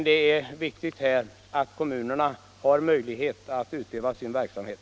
Det är viktigt att kommunerna får ekonomiska resurser att utöva sin verksamhet.